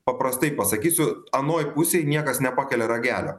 paprastai pasakysiu anoj pusėj niekas nepakelia ragelio